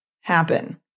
happen